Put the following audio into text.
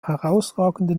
herausragenden